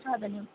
साधनम्